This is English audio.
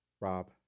Rob